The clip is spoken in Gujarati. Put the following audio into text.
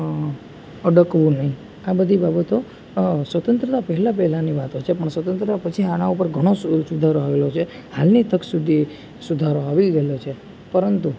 અડકવું નહીં આ બધી બાબતો સ્વતંત્રતા પહેલાં પહેલાંની વાતો છે સ્વતંત્રતા પછી આના ઉપર ઘણો સુ સુધારો આવેલો છે હાલની તક સુધી સુધારો આવી ગયેલો છે પરંતુ